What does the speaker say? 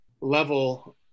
level